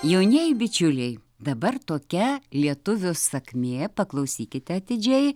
jaunieji bičiuliai dabar tokia lietuvių sakmė paklausykite atidžiai